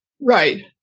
Right